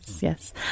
yes